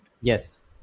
Yes